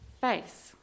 face